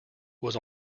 was